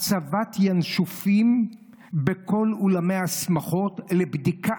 הצבת ינשופים בכל אולמי השמחות לבדיקה